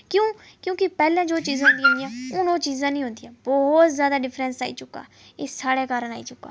क्युं क्युंकि पैह्ले जो चीजां हियां हून ओह् चीजां नेईं होंदियां बोह्त जैदा डिफरैंस आई चुका एह् साढ़े कारण आई चुका